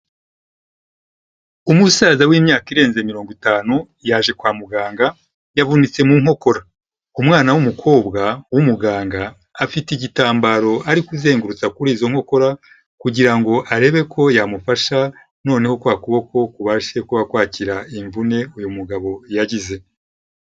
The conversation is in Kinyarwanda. Umusaza w'imyaka irenze mirongo itanu yaje kwa muganga, yavunitse mu nkokora. Umwana w'umukobwa w'umuganga afite igitambaro ari kuzengutsa kuri izo nkokora kugira ngo arebe ko yamufasha noneho kwa kuboko kubashe kuba kwakira imvune uyu mugabo yagize.